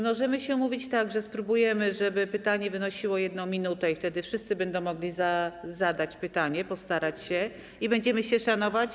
Możemy się umówić tak, że spróbujemy, żeby pytanie trwało 1 minutę, i wtedy wszyscy będą mogli zadać pytanie, postarać się, i będziemy się szanować.